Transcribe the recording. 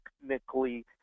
technically